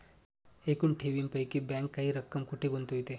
एकूण ठेवींपैकी बँक काही रक्कम कुठे गुंतविते?